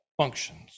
functions